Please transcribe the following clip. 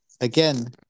again